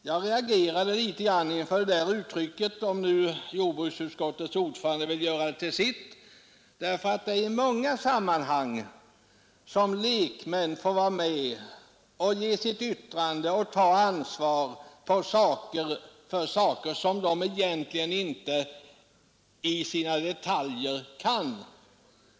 Jag reagerade litet emot yttrandet, som nu jordbruksutskottets ordförande ville göra till sitt, därför att i många sammanhang får lekmän vara med och avge yttranden och ta ansvar för saker som de egentligen inte i detalj är insatta i.